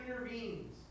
intervenes